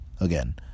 Again